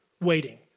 waiting